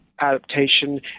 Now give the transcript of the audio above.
adaptation